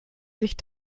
sich